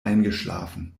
eingeschlafen